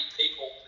people